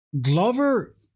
Glover